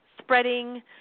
spreading